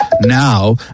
now